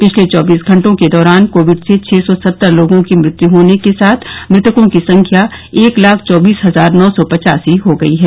पिछले चौबीस घंटों के दौरान कोविड से छः सौ सत्तर लोगों की मृत्यु होने के साथ मृतकों की संख्या एक लाख चौबीस हजार नौ सौ पचासी हो गई है